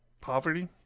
Poverty